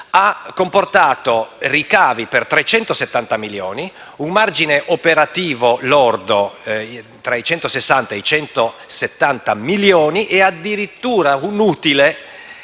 ha comportato ricavi per 370 milioni, un margine operativo lordo tra i 160 e i 170 milioni e addirittura un utile